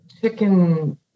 chicken